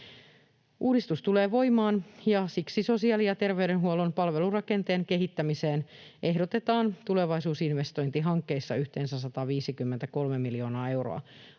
Uudistus tulee voimaan, ja siksi sosiaali- ja terveydenhuollon palvelurakenteen kehittämiseen ehdotetaan tulevaisuusinvestointihankkeissa yhteensä 153:a miljoonaa euroa.